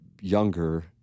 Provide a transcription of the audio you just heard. younger